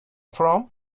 from